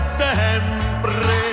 sempre